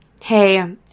hey